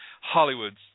Hollywood's